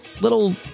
little